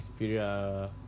Xperia